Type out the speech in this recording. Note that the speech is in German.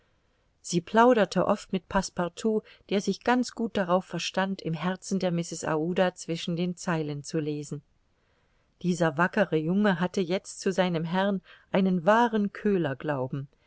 sie plauderte oft mit passepartout der sich ganz gut darauf verstand im herzen der mrs aouda zwischen den zeilen zu lesen dieser wackere junge hatte jetzt zu seinem herrn einen wahren köhlerglauben